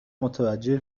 متوجه